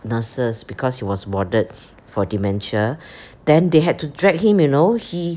nurses because he was warded for dementia then they had to drag him you know he